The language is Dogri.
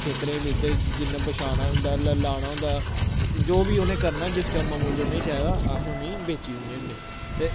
खेतरें बिच्च जिन्ने बछाना होंदा ल लाना होंदा जो बी उ'नें करना जिस कम्मा मुजब उ'नें गी चाहिदा अस उ'नें गी बेची ओड़ने होन्ने ते